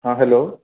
हाँ हैलो